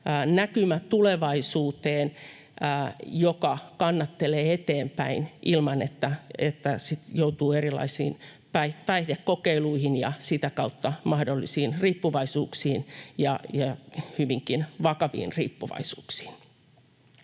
näkymä tulevaisuuteen, joka kannattelee eteenpäin ilman, että joutuu erilaisiin päihdekokeiluihin ja sitä kautta mahdollisiin riippuvaisuuksiin ja hyvinkin vakaviin riippuvaisuuksiin.